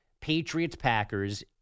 Patriots-Packers